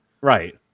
Right